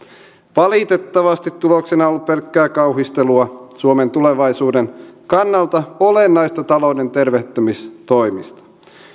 valitettavasti tuloksena on pelkkää kauhistelua suomen tulevaisuuden kannalta olennaisista talouden tervehdyttämistoimista